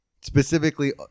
Specifically